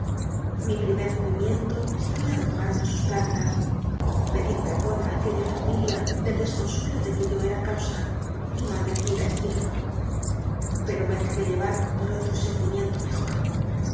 mi primer movimiento fué arroj nnnc i sus plantas pedi r pcnion i aquella fam ilia del desconsuelo de que yo era cau sa y maldecie i stccrfor lh pero me dejé llevar por otro sentimiento mejor